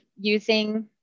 using